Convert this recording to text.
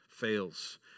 fails